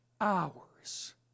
hours